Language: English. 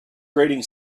grating